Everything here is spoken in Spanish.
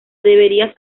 deberías